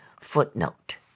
Footnote